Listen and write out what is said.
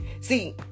See